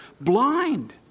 blind